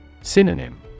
Synonym